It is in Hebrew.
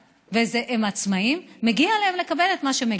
והם עצמאים מגיע להם לקבל את מה שמגיע.